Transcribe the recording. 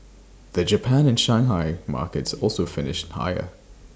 the Japan and Shanghai markets also finished higher